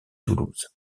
toulouse